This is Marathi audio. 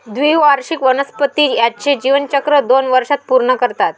द्विवार्षिक वनस्पती त्यांचे जीवनचक्र दोन वर्षांत पूर्ण करतात